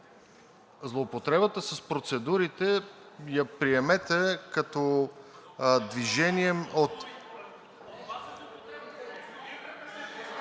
злоупотребата с процедурите я приемете като движение от…(шум